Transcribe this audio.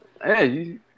Hey